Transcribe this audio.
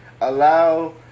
allow